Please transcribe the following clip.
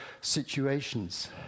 situations